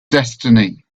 destiny